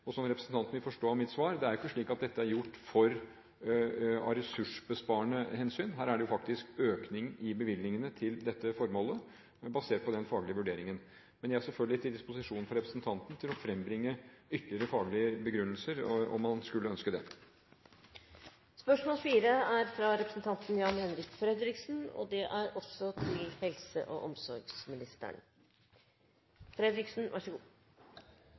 Som representanten vil forstå av mitt svar: Det er jo ikke slik at dette er gjort av ressursbesparende hensyn. Her er det faktisk økning i bevilgningene til dette formålet, basert på den faglige vurderingen. Men jeg er selvfølgelig til disposisjon for representanten til å frembringe ytterligere faglige begrunnelser, om han skulle ønske det. «Stortinget har vedtatt at ved investeringer av regionale helseforetak på over 500 mill. kroner skal det